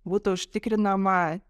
būtų užtikrinama